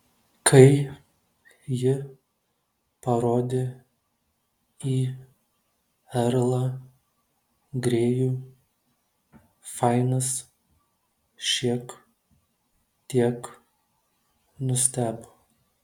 kai ji parodė į erlą grėjų fainas šiek tiek nustebo